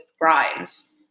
Grimes